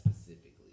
specifically